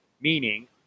meaning